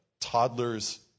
Toddler's